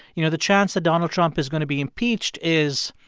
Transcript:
you know, the chance that donald trump is going to be impeached is,